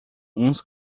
uns